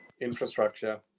infrastructure